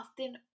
often